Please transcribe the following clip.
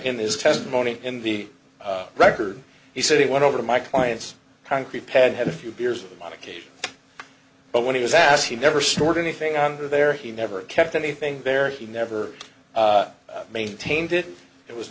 in his testimony in the record he said he went over to my client's concrete pad had a few beers on occasion but when he was asked he never stored anything on there he never kept anything there he never maintained it it was